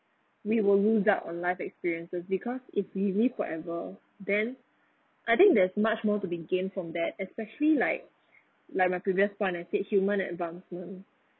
we will lose out on life experiences because if we live forever then I think there's much more to be gained from that especially like like my previous one I said human advancement